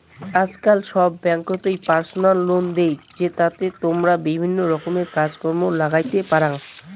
আজকাল সব ব্যাঙ্ককোতই পার্সোনাল লোন দেই, জেতাতে তমরা বিভিন্ন রকমের কাজ কর্ম লাগাইতে পারাং